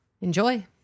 Enjoy